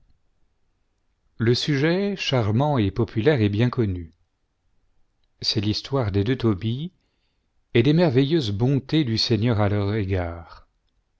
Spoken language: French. le sujet charmant et populaire est bien connu c'est l'histoire des deux tobie et des merveilleuses bontés du seigneur à leur égard